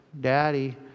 Daddy